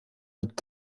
wird